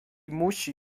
musi